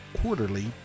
quarterly